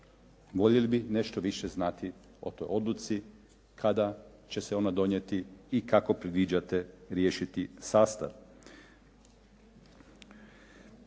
Voljeli bi nešto više znati o toj odluci, kada će se ona donijeti i kako predviđate riješiti sastav.